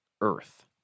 Earth